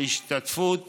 להשתתפות